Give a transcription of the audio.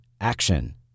action